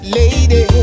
lady